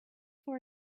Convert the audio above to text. for